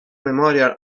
memorial